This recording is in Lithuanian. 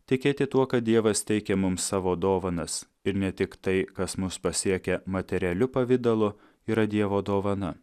tikėti tuo kad dievas teikia mums savo dovanas ir ne tik tai kas mus pasiekia materialiu pavidalu yra dievo dovana